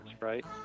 right